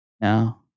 No